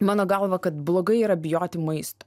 mano galva kad blogai yra bijoti maisto